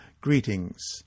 greetings